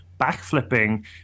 backflipping